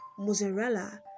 mozzarella